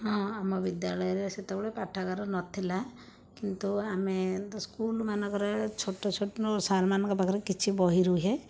ହଁ ଆମ ବିଦ୍ୟାଳୟରେ ସେତେବେଳେ ପାଠାଗାର ନଥିଲା କିନ୍ତୁ ଆମେ ତ ସ୍କୁଲ୍ମାନଙ୍କରେ ଛୋଟ ଛୋଟ ସାର୍ମାନଙ୍କ ପାଖରେ କିଛି ବହି ରହେ